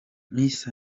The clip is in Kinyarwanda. miss